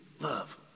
love